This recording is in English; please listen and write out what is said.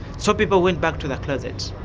so people went back to the closet,